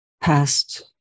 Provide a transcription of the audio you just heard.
past